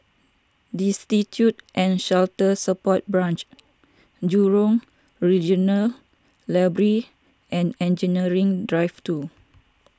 Destitute and Shelter Support Branch Jurong Regional Library and Engineering Drive two